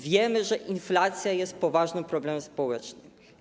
Wiemy, że inflacja jest poważnym problemem społecznym.